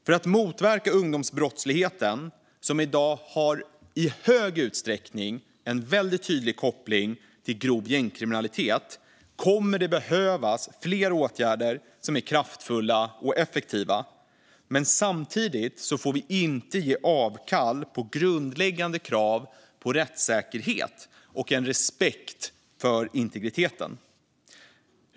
För att motverka ungdomsbrottsligheten, som i dag i stor utsträckning har en tydlig koppling till grov gängkriminalitet, kommer det att behövas fler åtgärder som är kraftfulla och effektiva, men samtidigt får vi inte göra avkall på grundläggande krav på rättssäkerhet och respekt för integriteten.